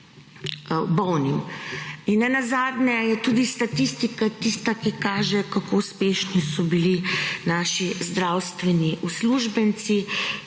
bolnim. In nenazadnje je tudi statistika tista, ki kaže kako uspešni so bili naši zdravstveni uslužbenci,